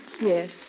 Yes